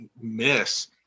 miss